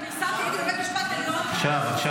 אני פרסמתי את זה בבית משפט העליון.